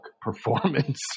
performance